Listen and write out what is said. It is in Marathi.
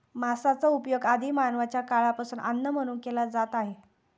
मांसाचा उपयोग आदि मानवाच्या काळापासून अन्न म्हणून केला जात आहे